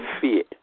fear